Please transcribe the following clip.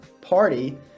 party